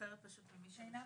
עינב